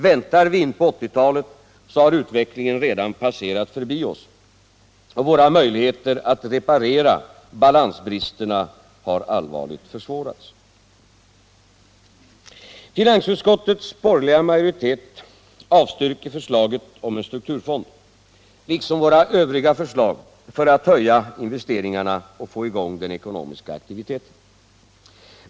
Väntar vi in på 1980-talet, så har utvecklingen redan passerat förbi oss, och våra möjligheter att reparera balansbristerna har allvarligt försämrats. Finansutskottets borgerliga majoritet avstyrker förslaget om en strukturfond liksom våra övriga förslag för att höja investeringarna och få i gång den ekonomiska aktiviteten.